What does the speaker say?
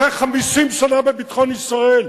אחרי 50 שנה בביטחון ישראל,